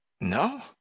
No